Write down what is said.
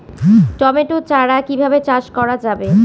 Tomato চারা কিভাবে চাষ করা যাবে?